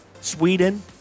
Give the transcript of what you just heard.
Sweden